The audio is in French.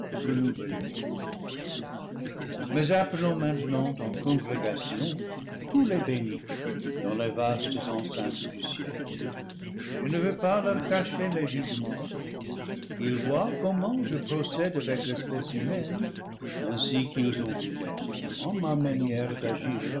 renouvelés mais appelons maintenant en congrégation tous les bénis dans les vastes enceintes du ciel je ne veux pas leur cacher mes jugements qu'ils voient comment je procède avec l'espèce humaine ainsi qu'ils ont vu dernièrement ma manière d'agir